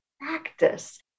practice